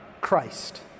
Christ